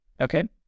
Okay